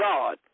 God